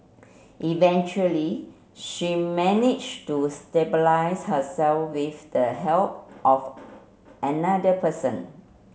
eventually she managed to stabilise herself with the help of another person